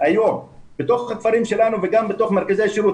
בתוך הכפרים שלנו וגם בתוך מרכזי השירות.